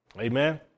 Amen